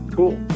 cool